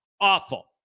Awful